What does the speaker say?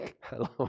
Hello